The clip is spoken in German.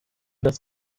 das